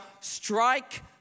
strike